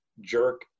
jerk